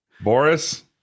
Boris